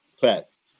Facts